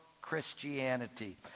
Christianity